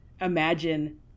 imagine